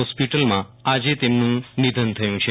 હોસ્પિટલમાં આજે તેમનું નિધન થયું છે